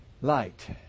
light